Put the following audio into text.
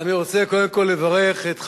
כל אחד ממונה על החוכמה.